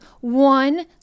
one